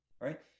right